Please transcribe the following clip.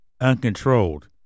uncontrolled